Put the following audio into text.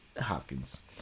Hopkins